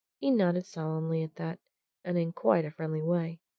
he nodded solemnly at that and in quite a friendly way.